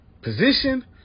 position